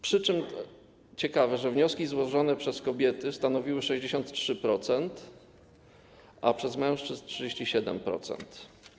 Przy tym ciekawe, że wnioski złożone przez kobiety stanowiły 63%, a przez mężczyzn 37%.